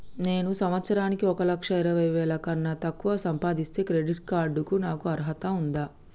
నేను సంవత్సరానికి ఒక లక్ష ఇరవై వేల కన్నా తక్కువ సంపాదిస్తే క్రెడిట్ కార్డ్ కు నాకు అర్హత ఉందా?